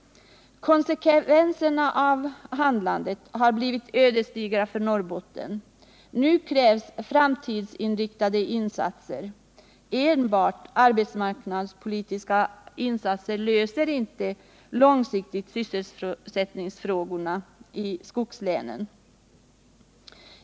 Konsekvenserna av handlandet har blivit ödesdigra för Norrbotten. Nu krävs framtidsinriktade insatser. Enbart arbetsmarknadspolitiska insatser löser inte långsiktigt sysselsättningsfrågorna i skogslänen.